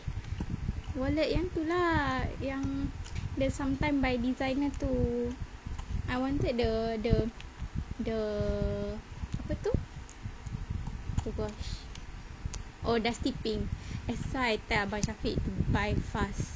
wallet yang tu lah yang the sometimes by designer tu I wanted the the the apa tu oh gosh oh dusty pink I swear I tell abang syafiq to buy fast